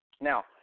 Now